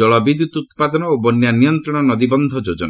ଜଳ ବିଦ୍ୟୁତ୍ ଉତ୍ପାଦନ ଓ ବନ୍ୟା ନିୟନ୍ତ୍ରଣ ନଦୀବନ୍ଧ ଯୋଜନା